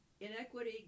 inequity